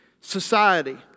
society